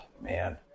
Man